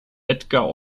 edgar